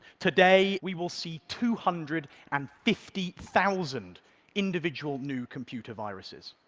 today, we will see two hundred and fifty thousand individual new computer viruses.